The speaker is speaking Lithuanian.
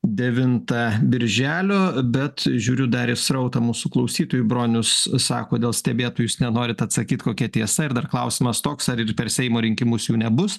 devintą birželio bet žiūriu dar į srautą mūsų klausytojų bronius sako dėl stebėtojų jūs nenorit atsakyt kokia tiesa ir dar klausimas toks ar ir per seimo rinkimus jų nebus